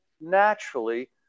naturally